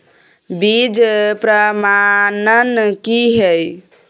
बीज प्रमाणन की हैय?